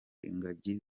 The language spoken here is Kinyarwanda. ingagi